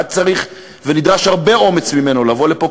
היה צריך ונדרש הרבה אומץ ממנו לבוא לפה,